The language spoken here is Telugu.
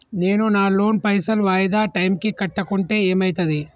నేను నా లోన్ పైసల్ వాయిదా టైం కి కట్టకుంటే ఏమైతది?